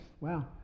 Wow